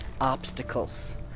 obstacles